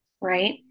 right